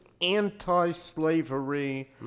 anti-slavery